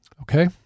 Okay